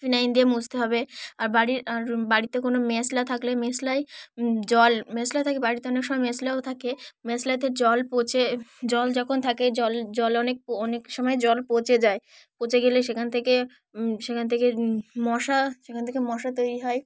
phenyl দিয়ে মুছতে হবে আর বাড়ির আর বাড়িতে কোনো মেশলা থাকলে মেশলায় জল মেশলা থাকে বাড়িতে অনেক সময় মেশলাও থাকে মেশলাতে জল পচে জল যখন থাকে জল জল অনেক অনেক সময় জল পচে যায় পচে গেলে সেখান থেকে সেখান থেকে মশা সেখান থেকে মশা তৈরি হয়